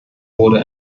wurde